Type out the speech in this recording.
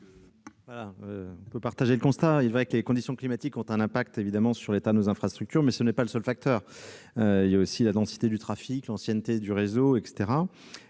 est l'avis de la commission ? Il est vrai que les conditions climatiques ont un impact sur l'état de nos infrastructures, mais ce n'est pas le seul facteur : il y a aussi la densité du trafic, l'ancienneté du réseau, etc.